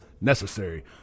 necessary